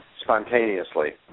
spontaneously